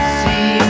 see